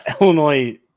Illinois